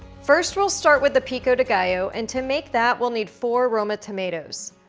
first we'll start with the pico de gallo, and to make that we'll need four roma tomatoes,